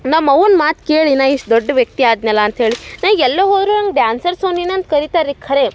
ನಮ್ಮವ್ವನ ಮಾತು ಕೇಳಿ ನಾ ಇಷ್ಟ ದೊಡ್ಡ ವ್ಯಕ್ತಿ ಅದ್ನೆಲ್ಲ ಅಂತೇಳಿ ನಾ ಈಗ ಎಲ್ಲೆ ಹೋದರೂ ನಂಗೆ ಡ್ಯಾನ್ಸರ್ಸು ನೀನು ಅಂತ ಕರಿತಾರೆ ರೀ ಖರೆ